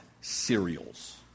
cereals